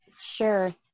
Sure